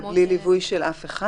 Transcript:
בלי ליווי של אף אחד?